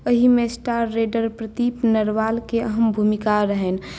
एहिमे star rater प्रतिक नरवालके अहम् भुमिका रहनि